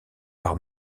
par